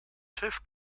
schiff